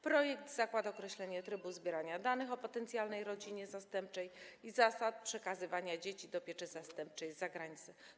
Projekt zakłada określenie trybu zbierania danych o potencjalnej rodzinie zastępczej i zasad przekazywania dzieci do pieczy zastępczej z zagranicy.